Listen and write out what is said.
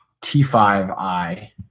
T5i